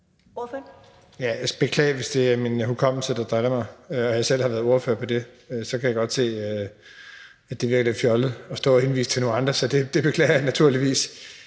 skal beklage, hvis det er min hukommelse, der driller mig, og jeg selv har været ordfører på det. Så kan jeg godt se, at det virker lidt fjollet at stå og henvise til nogle andre. Så det beklager jeg naturligvis.